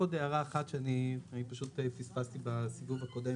אם יורשה לי, עוד הערה שפספסתי בסיבוב הקודם.